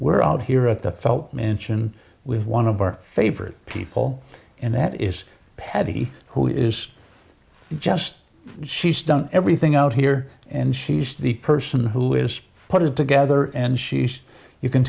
we're out here at the felt mansion with one of our favorite people and that is peggy who is just she's done everything out here and she's the person who is put it together and she's you can